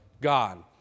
God